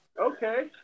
Okay